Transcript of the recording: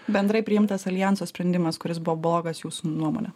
bendrai priimtas aljanso sprendimas kuris buvo blogas jūsų nuomone